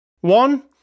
One